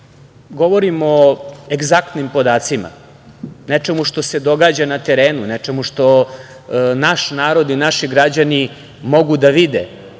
govorimo o egzaktnim podacima, nečemu što se događa na terenu, nečemu što naš narod i naši građani mogu da vide.